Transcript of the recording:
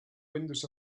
windows